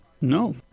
No